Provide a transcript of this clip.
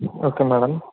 okay madam